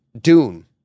dune